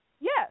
Yes